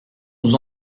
nous